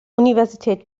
universität